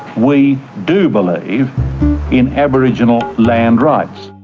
we do believe in aboriginal land rights.